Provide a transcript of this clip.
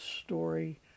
story